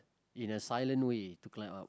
in a silent way to climb up